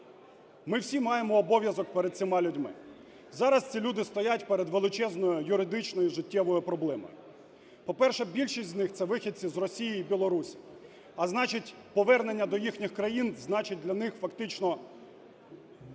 Ми всі маємо обов'язок перед цими людьми. Зараз ці люди стоять перед величезною юридичною життєвою проблемою. По-перше, більшість з них – це вихідці з Росії і Білорусі, а значить, повернення до їхніх країн значить для них фактично